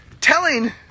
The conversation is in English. telling